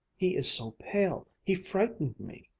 he is so pale he frightened me!